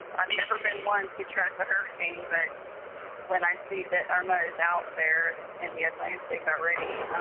and i've never been one to track a hurricane. but when i see that irma is out there in the atlantic already,